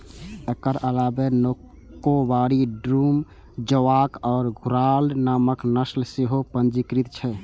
एकर अलावे निकोबारी, डूम, जोवॉक आ घुर्राह नामक नस्ल सेहो पंजीकृत छै